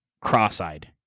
cross-eyed